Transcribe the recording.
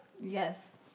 Yes